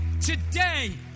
today